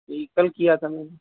تو یہ کل کیا تھا میں نے